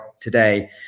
today